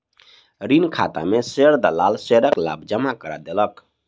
ऋण खाता में शेयर दलाल शेयरक लाभ जमा करा देलक